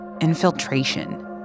infiltration